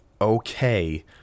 okay